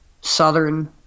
southern